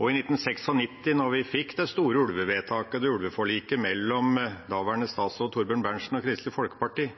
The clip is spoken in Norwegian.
I 1996, da vi fikk det store ulvevedtaket, ulveforliket mellom daværende statsråd Torbjørn Berntsen og Kristelig Folkeparti,